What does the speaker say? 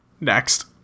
Next